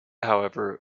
however